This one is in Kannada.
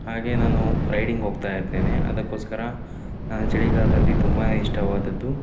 ಹಾಗೇ ನಾನು ರೈಡಿಂಗ್ ಹೋಗ್ತಾ ಇರ್ತೇನೆ ಅದಕ್ಕೋಸ್ಕರ ನಾನು ಚಳಿಗಾಲದಲ್ಲಿ ತುಂಬ ಇಷ್ಟವಾದದ್ದು